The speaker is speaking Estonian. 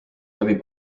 läbi